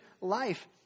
life